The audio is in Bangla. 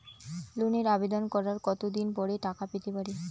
লোনের আবেদন করার কত দিন পরে টাকা পেতে পারি?